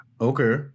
Okay